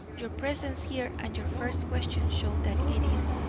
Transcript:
your presence here and your first question show that it is.